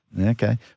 Okay